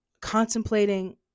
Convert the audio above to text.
contemplating